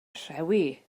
rhewi